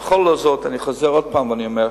בכל זאת אני חוזר עוד פעם ואומר,